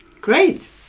Great